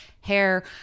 hair